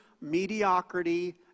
mediocrity